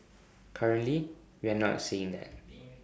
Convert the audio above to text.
currently we are not seeing that